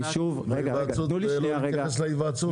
היוועצות ולא נתייחס להיוועצות?